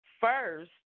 first